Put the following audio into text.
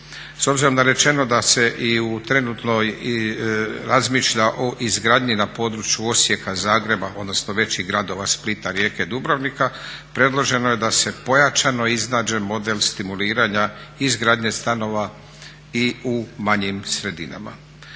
S obzirom na rečeno da se i u trenutno razmišlja o izgradnji na području Osijeka, Zagreba odnosno većih gradova Splita, Rijeke, Dubrovnika predloženo je da se pojačano iznađe model stimuliranja izgradnje stanova i u manjim sredinama.